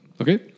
Okay